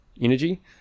energy